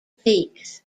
peaks